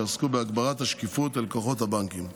שעסקו בהגברת השקיפות ללקוחות הבנקים.